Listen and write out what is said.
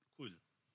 what